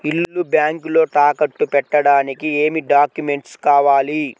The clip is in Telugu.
ఇల్లు బ్యాంకులో తాకట్టు పెట్టడానికి ఏమి డాక్యూమెంట్స్ కావాలి?